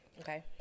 Okay